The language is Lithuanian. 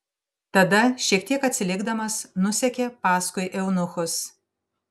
tada šiek tiek atsilikdamas nusekė paskui eunuchus